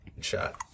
shot